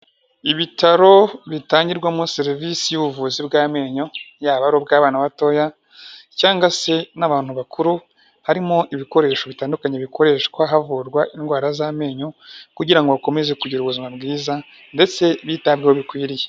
Ibitaro bitangirwamo serivisi y'ubuvuzi bw'amenyo yaba ari ubw'abana batoya cyangwa se n'abantu bakuru, harimo ibikoresho bitandukanye bikoreshwa havurwa indwara z'amenyo kugira ngo bakomeze kugira ubuzima bwiza ndetse bitabwaho bikwiriye.